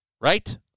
right